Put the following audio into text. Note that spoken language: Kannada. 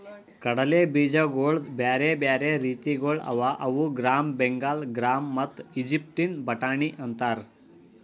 ಕಡಲೆ ಬೀಜಗೊಳ್ದು ಬ್ಯಾರೆ ಬ್ಯಾರೆ ರೀತಿಗೊಳ್ ಅವಾ ಅವು ಗ್ರಾಮ್, ಬೆಂಗಾಲ್ ಗ್ರಾಮ್ ಮತ್ತ ಈಜಿಪ್ಟಿನ ಬಟಾಣಿ ಅಂತಾರ್